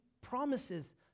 promises